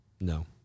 no